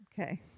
Okay